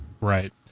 Right